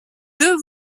deux